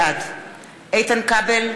בעד איתן כבל,